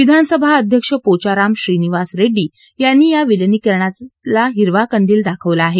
विधानसभा अध्यक्ष पोघाराम श्रीनिवास रेङ्डी यांनी या विलनिकरणाला हिरवा कंदील दाखवला आहे